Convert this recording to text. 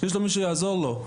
שיש מי שיעזור לו.